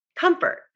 comfort